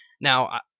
Now